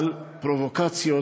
אבל פרובוקציות,